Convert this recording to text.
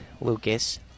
Lucas